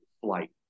flight